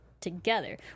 together